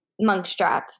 Monkstrap